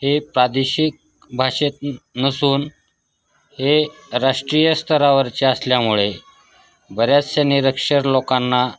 हे प्रादेशिक भाषेत न् नसून हे राष्ट्रीय स्तरावरचे असल्यामुळे बऱ्याचश्या निरक्षर लोकांना